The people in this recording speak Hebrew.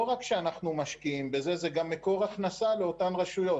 לא רק שאנחנו משקיעים בזה אלא זה גם מקור הכנסה לאותן רשויות.